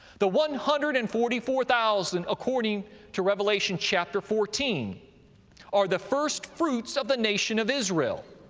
the one hundred and forty four thousand according to revelation, chapter fourteen are the first fruits of the nation of israel.